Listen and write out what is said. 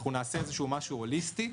אנחנו נעשה משהו הוליסטי,